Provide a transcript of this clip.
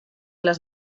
las